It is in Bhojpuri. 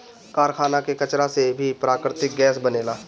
कारखाना के कचरा से भी प्राकृतिक गैस बनेला